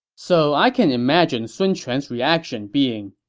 so i can imagine sun quan's reaction being,